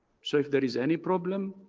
so if there is any problem,